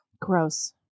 Gross